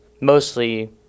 Mostly